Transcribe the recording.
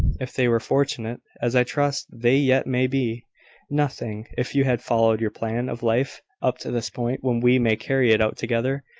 if they were fortunate, as i trust they yet may be nothing, if you had followed your plan of life up to the point when we may carry it out together.